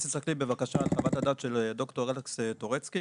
אם תסתכלי בבקשה על חוות הדעת של ד"ר אלכס טורצקי,